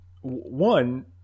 one